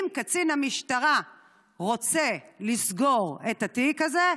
אם קצין המשטרה רוצה לסגור את התיק הזה,